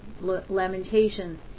Lamentations